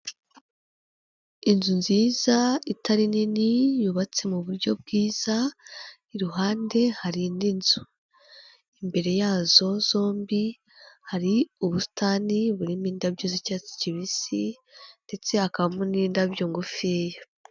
Inzu nziza itari nini yubatse mu buryo bwiza, iruhande hari indi nzu, imbere yazo zombi hari ubusitani burimo indabyo z'icyatsi kibisi ndetse hakabamo n'indabyo ngufiya.